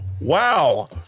wow